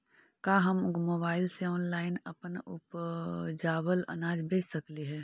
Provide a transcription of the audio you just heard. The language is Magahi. का हम मोबाईल से ऑनलाइन अपन उपजावल अनाज बेच सकली हे?